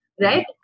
Right